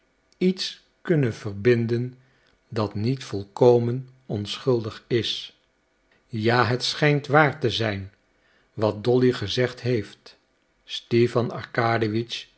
iets kunnen verbinden dat niet volkomen onschuldig is ja het schijnt waar te zijn wat dolly gezegd heeft stipan